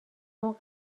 اون